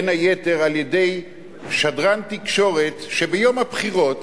בין היתר על-ידי שדרן תקשורת שביום הבחירות